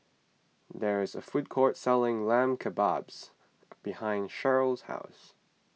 there is a food court selling Lamb Kebabs behind Sherrill's house